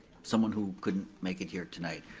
someone who couldn't make it hear tonight.